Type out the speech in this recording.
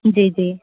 जी जी